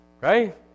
right